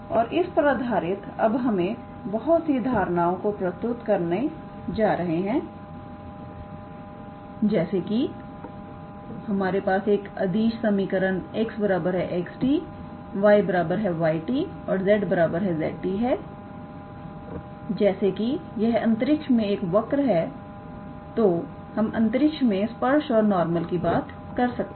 और इस पर आधारित अब हमें बहुत से धारणाओं को प्रस्तुत करने जा रहे हैं जैसे कि हमारे पास एक अदिश समीकरण 𝑥 𝑥𝑡 𝑦 𝑦𝑡 और 𝑧 𝑧𝑡 है जैसे कि यह अंतरिक्ष में एक वर्क है तो हम अंतरिक्ष में स्पर्श और नॉर्मल की बात कर सकते हैं